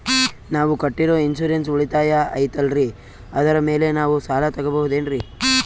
ನಾವು ಕಟ್ಟಿರೋ ಇನ್ಸೂರೆನ್ಸ್ ಉಳಿತಾಯ ಐತಾಲ್ರಿ ಅದರ ಮೇಲೆ ನಾವು ಸಾಲ ತಗೋಬಹುದೇನ್ರಿ?